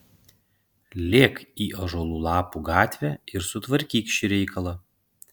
lėk į ąžuolų lapų gatvę ir sutvarkyk šį reikalą